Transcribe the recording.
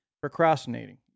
procrastinating